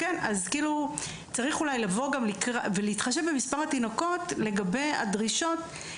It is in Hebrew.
כדי להתחשב במספר התינוקות בכל מה שקשור בדרישות.